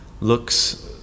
looks